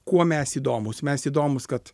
kuo mes įdomūs mes įdomūs kad